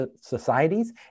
societies